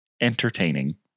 entertaining